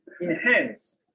enhanced